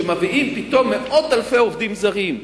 כשמביאים פתאום מאות אלפי עובדים זרים,